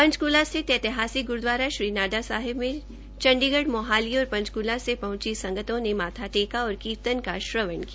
पंचकूला स्थित ऐतिहासिक ग्रूद्वारा श्री नाडा साहिब में चंडीगढ़ मोहाली और पंचकूला से पहंची संगतों ने माथा टेका और कीर्तन का श्रवण किया